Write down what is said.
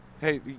Hey